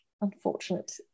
unfortunate